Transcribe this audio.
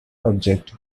object